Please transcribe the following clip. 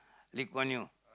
Lee Kuan Yew